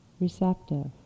receptive